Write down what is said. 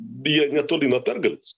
jie netoli nuo pergalės